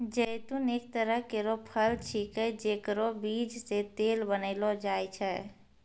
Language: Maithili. जैतून एक तरह केरो फल छिकै जेकरो बीज सें तेल बनैलो जाय छै